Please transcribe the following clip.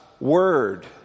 word